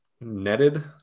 netted